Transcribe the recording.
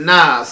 Nah